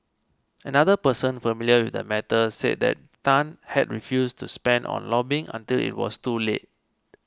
another person familiar with the matter said that Tan had refused to spend on lobbying until it was too late